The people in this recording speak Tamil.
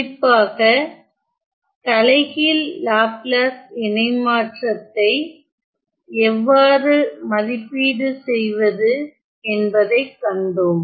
குறிப்பாக தலைகீழ் லாப்லாஸ் இணைமாற்றத்தை எவ்வாறு மதிப்பீடு செய்வது என்பதைக் கண்டோம்